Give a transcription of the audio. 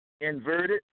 inverted